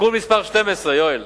(תיקון מס' 12), יואל,